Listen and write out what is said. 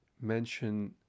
mention